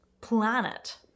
planet